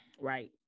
Right